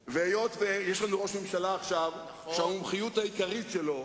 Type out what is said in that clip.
את בקשתכם ובקשת חברים אחרים המקפידים על הלכות המסורת.